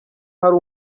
hari